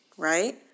Right